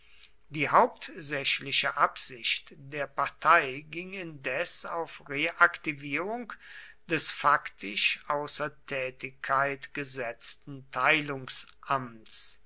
die hauptsächliche absicht der partei ging indes auf reaktivierung des faktisch außer tätigkeit gesetzten